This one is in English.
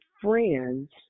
friends